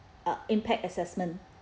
uh impact assessment